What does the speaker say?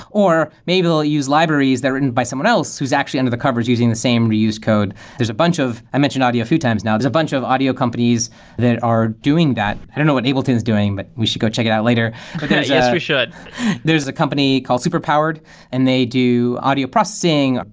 or maybe they'll use libraries that are written by someone else who's actually under the covers using the same reused code. there's a bunch of, i mentioned audio a few times now. there's a bunch of audio companies that are doing that. i don't know what ableton is doing, but we should go check it out later yes, we should there's a company called superpowered and they do audio processing,